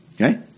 okay